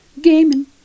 gaming